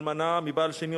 אלמנה מבעל שני,